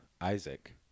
Isaac